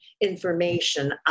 information